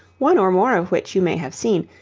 one or more of which you may have seen,